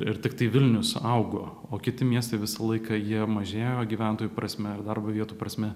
ir tiktai vilnius augo o kiti miestai visą laiką jie mažėjo gyventojų prasme darbo vietų prasme